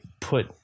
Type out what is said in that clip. put